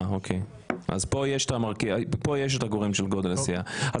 אז פה יש את הגורם של גודל הסיעה.